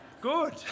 Good